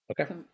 okay